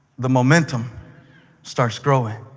the momentum starts growing,